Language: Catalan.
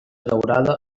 daurada